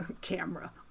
camera